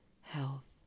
health